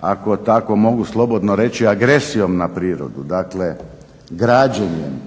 ako tako mogu slobodno reći agresijom na prirodu. Dakle, građenjem,